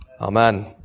amen